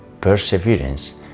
perseverance